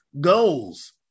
goals